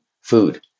food